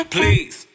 Please